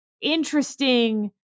interesting